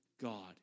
God